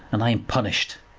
and i am punished.